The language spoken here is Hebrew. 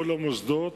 כל המוסדות,